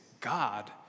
God